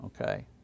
okay